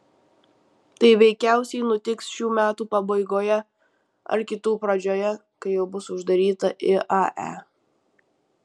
tai veikiausiai nutiks šių metų pabaigoje ar kitų pradžioje kai jau bus uždaryta iae